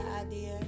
idea